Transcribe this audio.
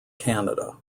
canada